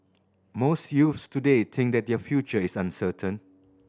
most youths today think that their future is uncertain